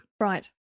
Right